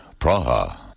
Praha